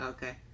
Okay